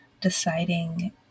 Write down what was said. deciding